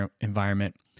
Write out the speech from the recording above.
environment